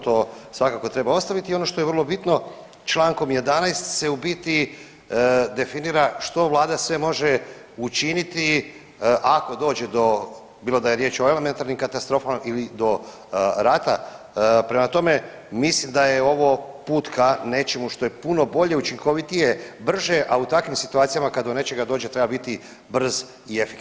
To svakako treba ostaviti i ono što je vrlo bitno, čl. 11 se u biti definira što sve Vlada može učiniti ako dođe do, bilo da je riječ o elementarnim katastrofama ili do rata, prema tome, mislim da je ovo put ka nečemu što je puno bolje, učinkovitije, brže, a u takvim situacijama, kad do nečega dođe, treba biti brz i efikasan.